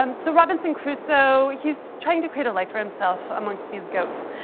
um so robinson crusoe, he's trying to create a life for himself amongst these goats.